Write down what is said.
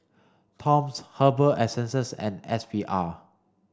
Toms Herbal Essences and S V R